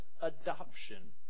adoption